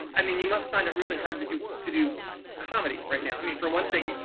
i mean you must find it really hard to do to do comedy right now. i mean, for one thing,